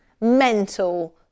mental